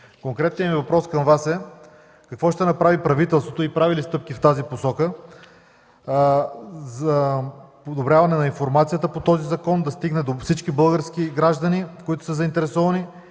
Конкретният ми въпрос към Вас е: какво ще направи правителството и прави ли стъпки в тази посока за разширяване на информацията по този закон – да стигне до всички български граждани, които са заинтересовани?